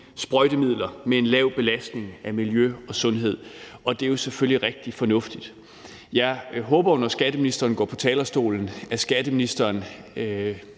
sprøjtemidler med en lav belastning af miljø og sundhed, og det er jo selvfølgelig rigtig fornuftigt. Jeg håber, at skatteministeren, når skatteministeren